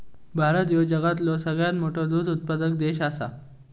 भारत ह्यो जगातलो सगळ्यात मोठो दूध उत्पादक देश आसा